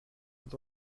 dont